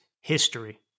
history